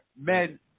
men